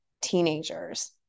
teenagers